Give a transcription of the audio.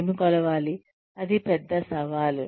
ఏమి కొలవాలి అది పెద్ద సవాలు